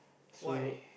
so